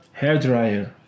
Hairdryer